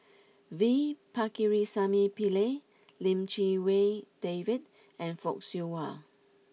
V Pakirisamy Pillai Lim Chee Wai David and Fock Siew Wah